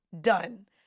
done